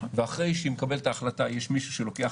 ואחרי שהיא מקבלת את ההחלטה יש מישהו שלוקח,